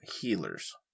healers